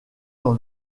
dans